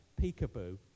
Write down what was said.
peekaboo